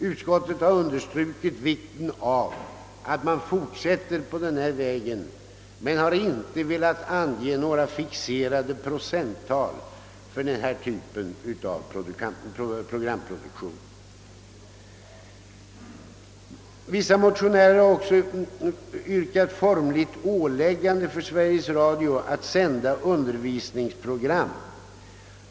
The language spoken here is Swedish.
Utskottet har betonat vikten av att man fortsätter på denna väg, men har inte velat ange några fixerade procenttal för denna typ av programproduktion. Vissa motionärer har också yrkat formligt åläggande för Sveriges Radio att sända undervisningsprogram.